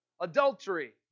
Adultery